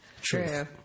True